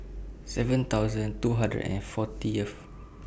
seven thousand two hundred and fortyth